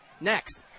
Next